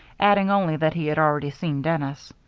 adding only that he had already seen dennis.